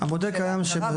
לפי ההגדרה,